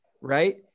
right